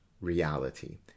reality